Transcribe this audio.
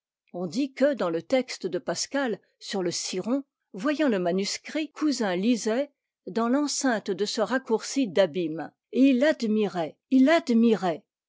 on dit que dans le texte de pascal sur le ciron voyant le manuscrit cousin lisait dans l'enceinte de ce raccourci d'abîme et il admirait il admirait